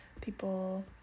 people